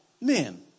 men